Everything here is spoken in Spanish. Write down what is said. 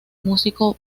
músico